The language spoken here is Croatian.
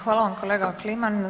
Hvala vam kolega Kliman.